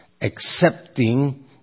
accepting